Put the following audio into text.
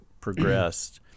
progressed